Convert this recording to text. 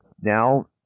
now